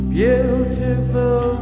beautiful